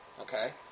Okay